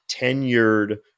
tenured